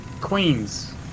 Queens